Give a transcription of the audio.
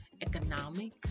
economic